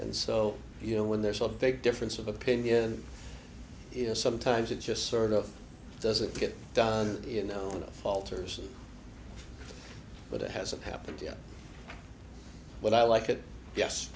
and so you know when there's a big difference of opinion you know sometimes it just sort of doesn't get done you know falters but it hasn't happened yet but i like it yes